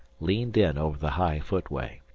leaned in over the high footway.